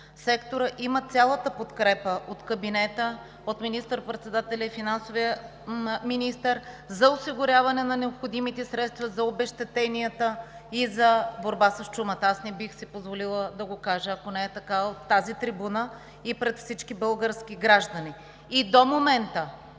Секторът има цялата подкрепа от кабинета, от министър-председателя и финансовия министър за осигуряване на необходимите средства за обезщетенията и за борба с чумата. Аз не бих си позволила да го кажа, ако не е така, от тази трибуна и пред всички български граждани. И до момента